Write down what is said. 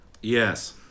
Yes